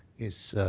is.